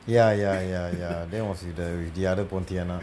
ya ya ya ya dan was with the other pontianak